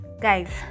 Guys